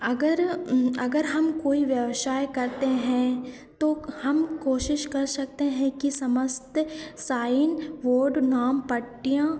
अगर अगर हम कोई व्यवसाय करते हैं तो हम कोशिश कर सकते हैं कि समस्त साइन बोर्ड नाम पट्टियाँ